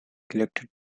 collected